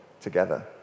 together